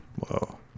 Whoa